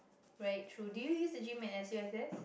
right true do you use the gym at S_U_S_S